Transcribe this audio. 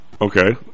Okay